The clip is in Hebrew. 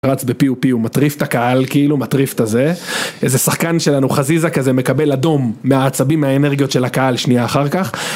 רץ בפיו פיו, מטריף את הקהל כאילו, הוא מטריף את הזה איזה שחקן שלנו חזיזה כזה מקבל אדום מהעצבים והאנרגיות של הקהל שנייה אחר כך